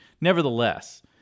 Nevertheless